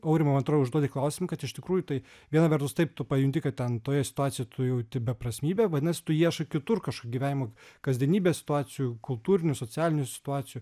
aurimo man atrodo užduoti klausimai kad iš tikrųjų tai viena vertus taip tu pajunti kad ten toje situacijoje tu jauti beprasmybę vadinasi tu ieškai kitur kažko gyvenimo kasdienybės situacijų kultūrinių socialinių situacijų